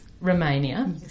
Romania